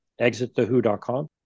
exitthewho.com